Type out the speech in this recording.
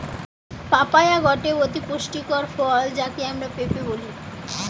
papaya গটে অতি পুষ্টিকর ফল যাকে আমরা পেঁপে বলি